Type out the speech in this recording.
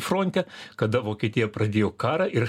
fronte kada vokietija pradėjo karą ir